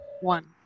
one